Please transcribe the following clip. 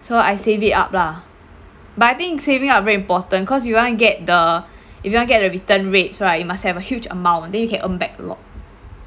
so I save it up lah but I think saving up very important cause you wanna get the if you want to get the return rates right you must have a huge amount then you can earn back a lot